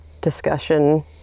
discussion